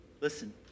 listen